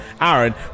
Aaron